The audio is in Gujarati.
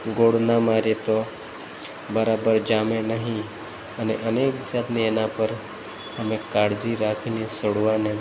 ગોળ ના મારીએ તો બરાબર જામે નહિ અને અનેક જાતની એના પર અમે કાળજી રાખીને છોડવાને